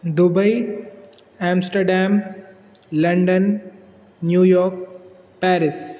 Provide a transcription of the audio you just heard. Dubai Amsterdam London New York Paris